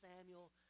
Samuel